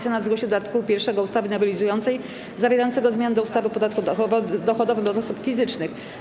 Senat zgłosił do art. 1 ustawy nowelizującej, zawierającego zmiany do ustawy o podatku dochodowym od osób fizycznych.